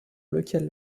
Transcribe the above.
lequel